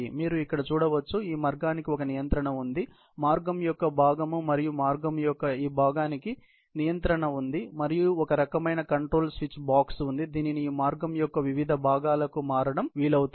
మీరు ఇక్కడ చూడవచ్చు ఈ మార్గానికి ఒక నియంత్రణ ఉంది మార్గం యొక్క భాగం మరియు మార్గం యొక్క ఈ భాగానికి ఇతర నియంత్రణ ఉంది మరియు ఒక రకమైన కంట్రోల్ స్విచ్ బాక్స్ ఉంది దీనిని ఈ మార్గం యొక్క వివిధ విభాగాలకు మారడం వీలవుతుంది